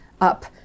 up